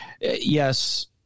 yes